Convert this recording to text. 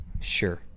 Sure